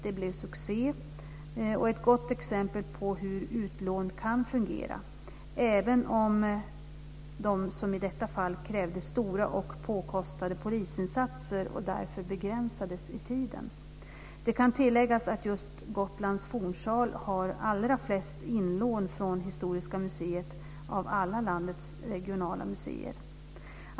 Det blev succé och är ett gott exempel på hur utlån kan fungera - även om de som i detta fall krävde stora och påkostade polisinsatser och därför begränsades i tiden. Det kan tilläggas att just Gotlands fornsal har allra flest inlån från Historiska museet av alla landets regionala museer.